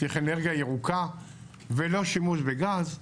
צריך אנרגיה ירוקה ולא שימוש בגז,